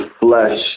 flesh